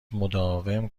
مداوم